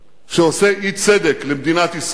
שעושה אי-צדק למדינת ישראל,